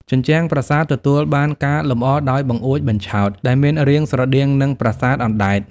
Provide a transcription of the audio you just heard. ជញ្ជាំងប្រាសាទទទួលបានការលម្អដោយបង្អួចបញ្ឆោត ដែលមានរាងស្រដៀងនឹងប្រាសាទអណ្តែត។